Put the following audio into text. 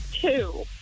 Two